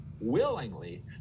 willingly